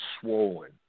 swollen